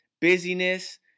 busyness